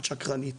שהיא שקרנית